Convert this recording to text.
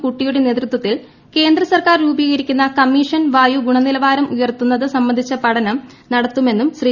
കുട്ടിയുടെ നേതൃത്വത്തിൽ കേന്ദ്രസർക്കാർ രൂപീകരിക്കുന്ന കമ്മീഷൻ വായു ഗുണനിലവാരം ഉയർത്തുന്നത് സംബന്ധിച്ച പഠനം നടത്തുമെന്നും ശ്രീ